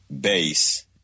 base